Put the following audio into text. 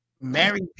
Married